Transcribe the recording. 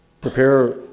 prepare